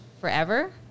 forever